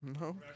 No